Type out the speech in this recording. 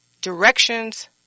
Directions